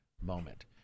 moment